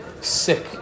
sick